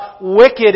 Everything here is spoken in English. wicked